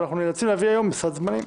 ואנחנו נאלצים להעביר היום בסד זמנים.